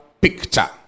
picture